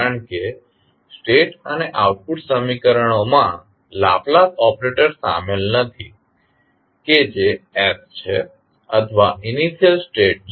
કારણ કે સ્ટેટ અને આઉટપુટ સમીકરણોમાં લાપ્લાસ ઓપરેટર શામેલ નથી કે જે s છે અથવા ઇનિશિયલ સ્ટેટ છે